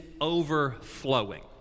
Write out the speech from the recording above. overflowing